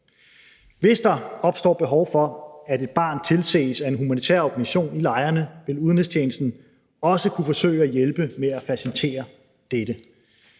Hvis der opstår behov for, at et barn tilses af en humanitær organisation i lejrene, vil udenrigstjenesten også kunne forsøge at hjælpe med at facilitere dette.